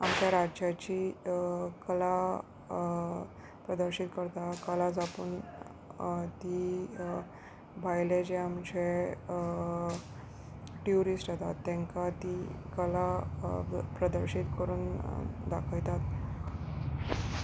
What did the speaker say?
आमच्या राज्याची कला प्रदर्शीत करता कला कला जातूंत ती भायले जे आमचे ट्युरिस्ट येतात तेंकां ती कला प्रदर्शीत करून दाखयतात